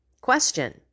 question